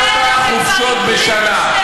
פי ארבעה חופשות בשנה.